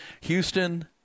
Houston